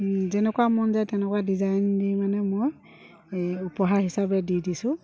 যেনেকুৱা মন যায় তেনেকুৱা ডিজাইন দি মানে মই এই উপহাৰ হিচাপে দি দিছোঁ